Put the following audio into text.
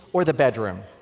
or the bedroom.